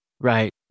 Right